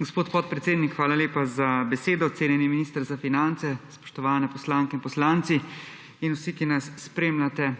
Gospod podpredsednik, hvala lepa za besedo. Cenjeni minister za finance, spoštovane poslanke in poslanci in vsi, ki nas spremljate,